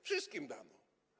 Wszystkim damy.